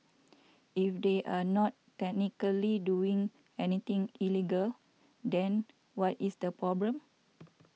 if they are not technically doing anything illegal then what is the problem